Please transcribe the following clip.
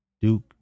Duke